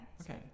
Okay